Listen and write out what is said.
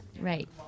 Right